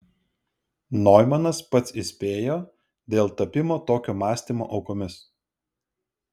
noimanas pats įspėjo dėl tapimo tokio mąstymo aukomis